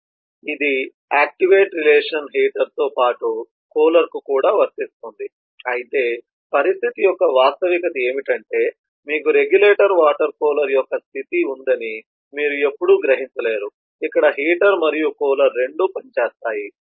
కాబట్టి ఇది activate relation హీటర్తో పాటు కూలర్కు కూడా వర్తిస్తుంది అయితే పరిస్థితి యొక్క వాస్తవికత ఏమిటంటే మీకు రెగ్యులేటర్ వాటర్ కూలర్ యొక్క స్థితి ఉందని మీరు ఎప్పుడూ గ్రహించలేరు ఇక్కడ హీటర్ మరియు కూలర్ రెండూ పనిచేస్తాయి